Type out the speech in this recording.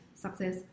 success